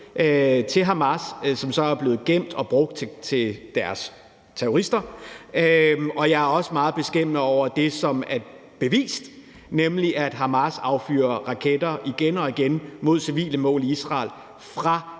nødhjælp, som så er blevet gemt og brugt til Hamas' terrorister, og jeg er også meget beskæmmet over at høre det, som er bevist, nemlig at Hamas igen og igen affyrer raketter mod civile mål i Israel fra